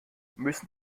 müssen